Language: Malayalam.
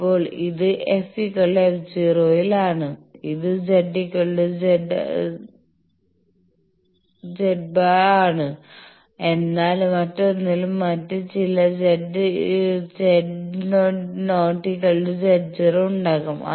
ഇപ്പോൾ ഇത് f f 0 ൽ ആണ് ഇത് Z Z¿ ആണ് എന്നാൽ മറ്റൊന്നിൽ മറ്റ് ചില Z¿ ≠ Z0 ഉണ്ടാകും